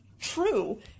True